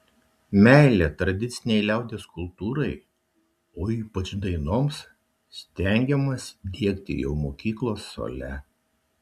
meilę tradicinei liaudies kultūrai o ypač dainoms stengiamasi diegti jau mokyklos suole